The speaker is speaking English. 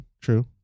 true